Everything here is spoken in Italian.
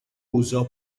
uso